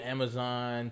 Amazon